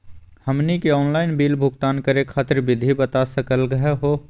हमनी के online bill भुगतान करे खातीर विधि बता सकलघ हो?